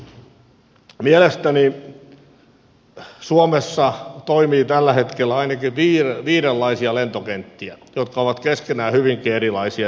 mielestäni suomessa toimii tällä hetkellä ainakin viidenlaisia lentokenttiä jotka ovat keskenään hyvinkin erilaisia